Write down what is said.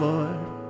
Lord